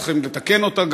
צריכים לתקן אותה,